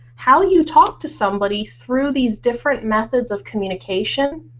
how you talk to somebody through these different methods of communication.